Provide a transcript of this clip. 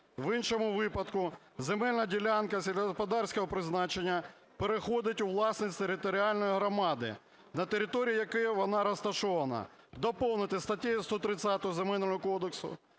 В іншому випадку, земельна ділянка сільськогосподарського призначення переходить у власність територіальної громади, на території якої вона розташована". Доповнити статтю 130 Земельного кодексу